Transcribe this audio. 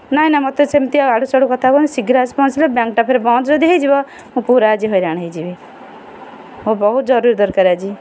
ନାଇଁ ନାଇଁ ମୋତେ ସେମିତି ଏଆଡ଼ୁ ସେଆଡ଼ୁ କଥା କହୁନି ଶୀଘ୍ର ଆସି ପହଞ୍ଚିଲେ ବ୍ୟାଙ୍କ୍ଟା ଫେର୍ ବନ୍ଦ ଯଦି ହୋଇଯିବ ମୁଁ ପୁରା ଆଜି ହଇରାଣ ହୋଇଯିବି ହଉ ବହୁତ ଜରୁରୀ ଦରକାର ଆଜି